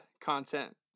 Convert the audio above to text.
content